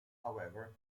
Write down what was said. however